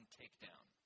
takedown